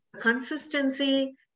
consistency